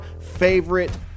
favorite